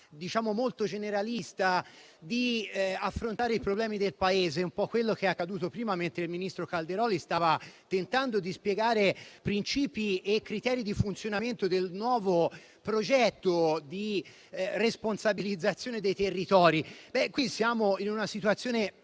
modalità molto generalista di affrontare i problemi del Paese; un po' quello che è accaduto prima mentre il ministro Calderoli stava tentando di spiegare principi e criteri di funzionamento del nuovo progetto di responsabilizzazione dei territori. Qui siamo in una situazione